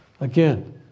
again